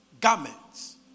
garments